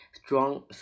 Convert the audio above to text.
strong